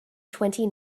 twenty